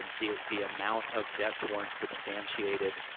um the the amount of debts weren't substantiated.